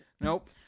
Nope